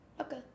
okay